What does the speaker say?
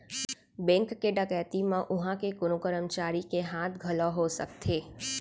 bank के डकैती म उहां के कोनो करमचारी के हाथ घलौ हो सकथे